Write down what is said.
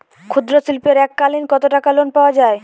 ক্ষুদ্রশিল্পের এককালিন কতটাকা লোন পাওয়া য়ায়?